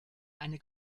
eine